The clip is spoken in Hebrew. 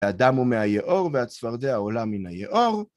‫האדם הוא מהיאור, ‫והצפרדע עולה מן היאור.